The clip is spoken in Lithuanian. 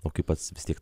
o kai pats vis tiek